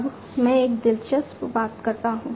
अब मैं एक दिलचस्प बात करता हूं